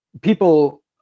people